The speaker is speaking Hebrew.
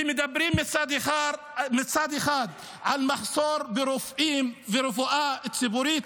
ומדברים מצד אחד על מחסור ברופאים ורפואה ציבורית,